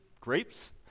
grapes